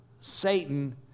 Satan